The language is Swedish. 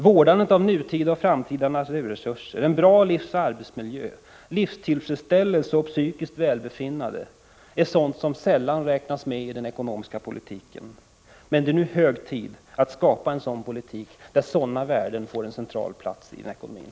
Vårdandet av nutida och framtida naturresurser, en bra livsoch arbetsmiljö, livstillfredsställelse och psykiskt välbefinnande är sådant som det sällan räknas med i den ekonomiska politiken. Det är nu hög tid att skapa en politik där sådana värden får en central plats inom ekonomin.